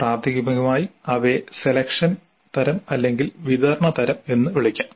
പ്രാഥമികമായി അവയെ സെലക്ഷൻ തരം അല്ലെങ്കിൽ വിതരണ തരം എന്ന് വിളിക്കാം